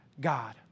God